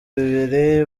bibiri